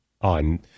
on